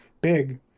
big